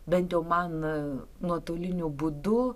bent jau man nuotoliniu būdu